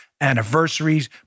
anniversaries